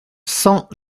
cent